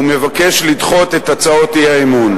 ומבקש לדחות את הצעות האי-אמון.